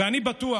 ואני בטוח,